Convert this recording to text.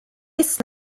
ist